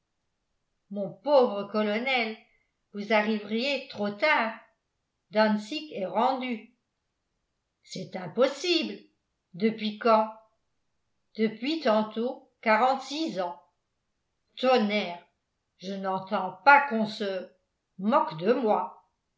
mon pauvre colonel vous arriveriez trop tard dantzig est rendu c'est impossible depuis quand depuis tantôt quarante-six ans tonnerre je n'entends pas qu'on se moque de moi